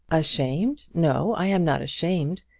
ashamed! no i am not ashamed.